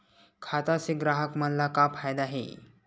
खाता से ग्राहक मन ला का फ़ायदा हे?